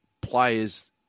players